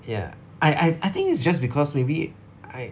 ya I I think it's just because maybe I